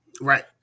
right